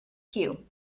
cue